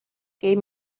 gave